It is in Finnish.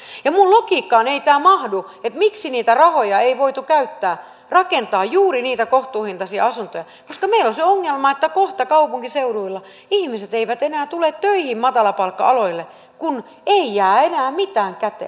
minun logiikkaani ei tämä mahdu miksi niitä rahoja ei voitu käyttää rakentaa juuri niitä kohtuuhintaisia asuntoja koska meillä on se ongelma että kohta kaupunkiseuduilla ihmiset eivät enää tule töihin matalapalkka aloille kun ei jää enää mitään käteen